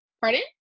Pardon